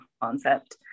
concept